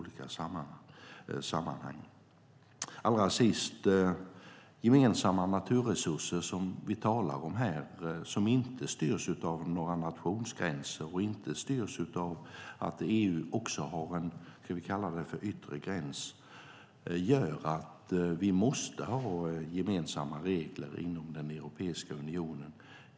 De gemensamma naturresurser som vi talar om här och som inte styrs av nationsgränser eller av att EU också har vad vi kan kalla en yttre gräns gör att vi måste ha gemensamma regler inom Europeiska unionen.